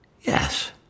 Yes